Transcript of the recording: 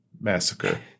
Massacre